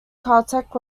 caltech